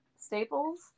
staples